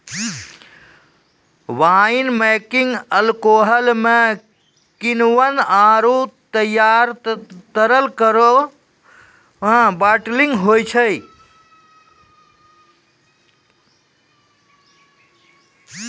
wine making alcohol म किण्वन आरु तैयार तरल केरो बाटलिंग होय छै